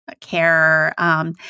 care